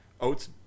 oats